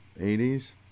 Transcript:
80s